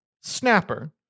snapper